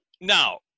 now